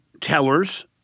tellers –